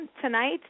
tonight